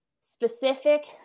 specific